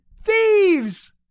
Thieves